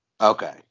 Okay